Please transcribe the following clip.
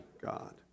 God